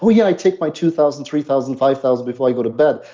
well, yeah, i take my two thousand three thousand, five thousand before i go to bed.